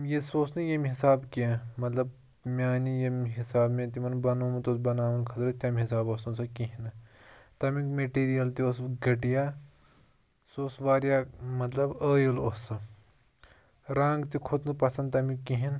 یہِ سُہ اوس نہٕ ییٚمہِ حِساب کیٚنٛہہ مطلب میٛانہِ ییٚمہِ حِساب مےٚ تِمَن بَنومُت اوس بَناونہٕ خٲطرٕ تَمہِ حِساب اوس نہٕ سُہ کِہیٖنۍ نہٕ تَمیُک میٹیٖریَل تہِ اوسُس بہٕ گٔٹیا سُہ اوس وارِیاہ مطلب ٲیِل اوس سُہ رَنٛگ تہِ کھوٚت نہٕ پَسَنٛد تَمیُک کِہیٖنۍ